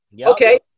Okay